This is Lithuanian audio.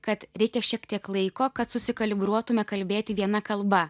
kad reikia šiek tiek laiko kad susikalibruotume kalbėti viena kalba